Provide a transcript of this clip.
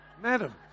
Madam